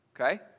Okay